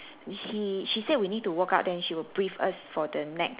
she she say we need to walk out then she will brief us for the next